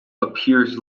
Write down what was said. appears